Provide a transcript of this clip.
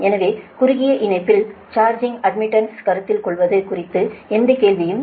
எனவே குறுகிய இணைப்பில் சார்ஜிங் அட்மிட்டன்ஸ் கருத்தில் கொள்வது குறித்து எந்த கேள்வியும் இல்லை